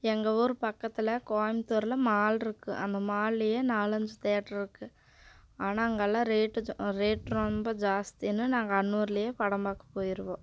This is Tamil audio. எங்கள் ஊர் பக்கத்தில் கோயம்புத்தூரில் மால் இருக்கு அந்த மால்லேயே நாலஞ்சு தேட்டர் இருக்கு ஆனால் அங்கேல்லாம் ரேட்டு ரேட் ரொம்ப ஜாஸ்தினு நாங்கள் அன்னூர்லேயே படம் பார்க்க போயிடுவோம்